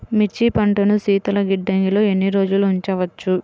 మిర్చి పంటను శీతల గిడ్డంగిలో ఎన్ని రోజులు ఉంచవచ్చు?